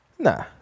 Nah